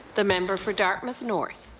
the member for dartmouth north.